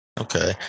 Okay